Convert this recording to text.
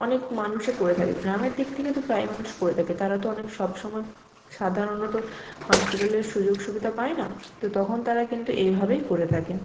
অনেক মানুষও করে থাকে গ্রামের দিক থেকে তো প্রায় মানুষ করে থাকে তারা তো অনেক সবসময় সাধারণত হাসপিটালের সুযোগ সুবিধা পায় না তো তখন তারা কিন্তু এইভাবেই করে থাকে